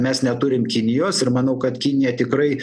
mes neturim kinijos ir manau kad kinija tikrai